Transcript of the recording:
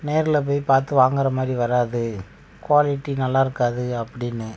நேரில் போய் பார்த்து வாங்குகிற மாதிரி வராது குவாலிட்டி நல்லா இருக்காது அப்படின்னு